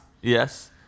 Yes